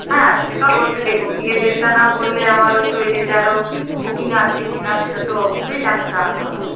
হ্যাঁ সে তো অবশ্যই দেখুন বিয়ের ডেটটা না বললে আমার হয়তো ওই ডেটে আরও বুকিং আছে কি না সেটা তো অবশ্যই জান জানাতে হয়